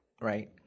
right